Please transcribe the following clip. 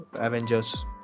Avengers